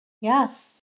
Yes